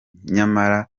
nyamara